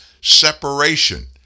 separation